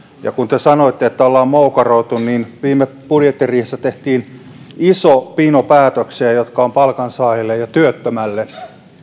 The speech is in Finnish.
ja kun te sanoitte että ollaan moukaroitu niin viime budjettiriihessä tehtiin iso pino päätöksiä jotka ovat palkansaajalle ja työttömälle